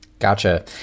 Gotcha